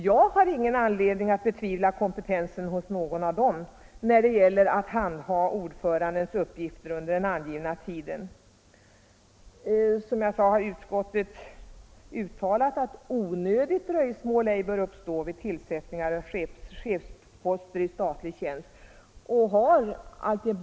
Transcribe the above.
Jag har ingen anledning att betvivla kompetensen hos någon av dem när det gällt att handha ordförandens uppgifter under den angivna tiden. Som jag sade har utskottet uttalat att onödigt dröjsmål ej bör uppstå vid tillsättningar av chefsposter i statlig tjänst.